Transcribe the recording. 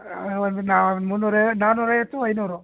ಒಂದು ನಾ ಮುನ್ನೂರ ಐವತ್ತು ನಾನೂರ ಐವತ್ತು ಐನೂರು